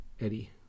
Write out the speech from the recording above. Eddie